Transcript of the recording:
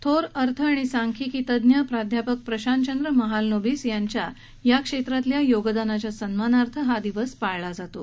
थोर अर्थ आणि सांख्यिकी तज्ञ प्राध्यापक प्रशांत चंद्र महालनोबिस यांच्या या क्षेत्रातल्या योगदानाच्या सन्मानार्थ हा दिवस पाळला जातो